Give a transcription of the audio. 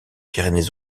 pyrénées